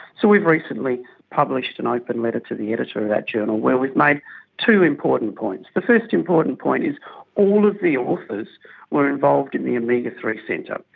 so we've recently published an open letter to the editor of that journal where we've made two important points. the first important point is all of the authors were involved in the omega three centre.